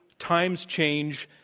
times change.